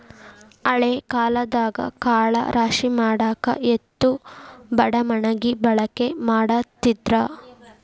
ಹಳೆ ಕಾಲದಾಗ ಕಾಳ ರಾಶಿಮಾಡಾಕ ಎತ್ತು ಬಡಮಣಗಿ ಬಳಕೆ ಮಾಡತಿದ್ರ